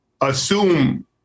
assume